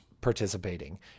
participating